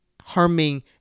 harming